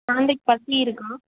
குழந்தைக்கி பசி இருக்கா